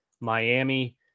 Miami